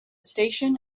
station